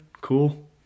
cool